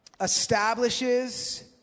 establishes